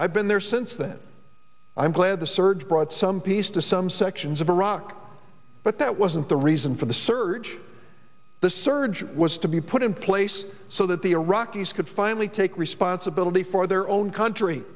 i've been there since then i'm glad the surge brought some peace to some sections of iraq but that wasn't the reason for the surge the surge was to be put in place so that the iraqis could finally take responsibility for their own country